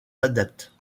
adeptes